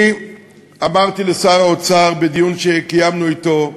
אני אמרתי לשר האוצר בדיון שקיימנו אתו,